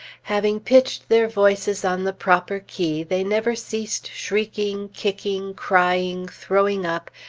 having pitched their voices on the proper key, they never ceased shrieking, kicking, crying, throwing up,